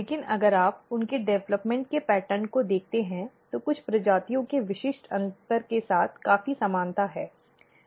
लेकिन अगर आप उनके डेवलपमेंट के पैटर्न को देखते हैं तो कुछ प्रजातियों के विशिष्ट अंतर के साथ काफी समानता है